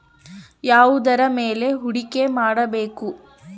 ಯಾವುದರ ಮೇಲೆ ಹೂಡಿಕೆ ಮಾಡಬೇಕು?